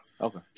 Okay